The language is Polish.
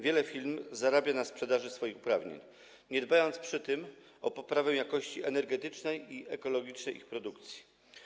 Wiele firm zarabia na sprzedaży swoich uprawnień, nie dbając przy tym o poprawę jakości energetycznej i ekologicznej ich produkcji.